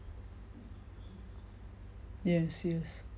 yes yes